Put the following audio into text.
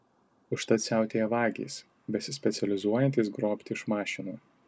užtat siautėja vagys besispecializuojantys grobti iš mašinų